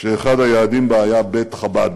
שאחד היעדים בה היה בית-חב"ד.